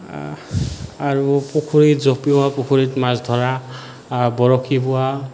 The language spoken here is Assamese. আৰু পুখুৰীত জঁপিওৱা পুখুৰীত মাছ ধৰা বৰশী বোৱা